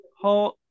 hold